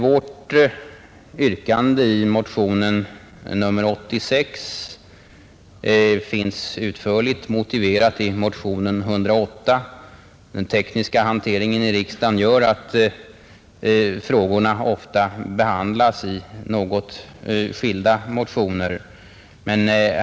Vårt yrkande i motionen 86 finns utförligt motiverat i motionen 108. Den tekniska hanteringen i riksdagen gör att frågorna ofta behandlas i skilda motioner.